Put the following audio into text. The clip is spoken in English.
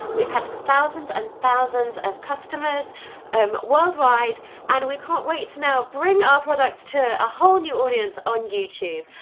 we've had thousands and thousands of customers um worldwide and we can't wait to now bring our products to a whole new audience on youtube.